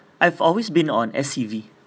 I've always been on S_C_V